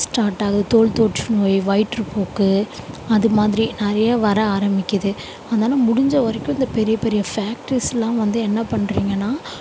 start ஆகுது தோல் தொற்று நோய் வயிற்றுப்போக்கு அதுமாதிரி நிறைய வர ஆரம்பிக்குது அதனால முடிந்தவரைக்கும் இந்த பெரிய பெரிய ஃபேக்ட்ரிஸ்லாம் வந்து என்ன பண்றிங்கன்னால்